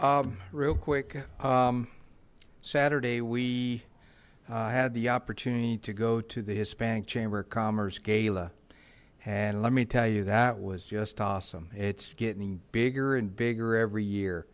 bear real quick saturday we had the opportunity to go to the hispanic chamber of commerce gala and let me tell you that was just awesome it's getting bigger and bigger every